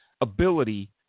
ability